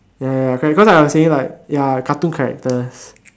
ya ya ya correct cause I was saying like ya cartoon characters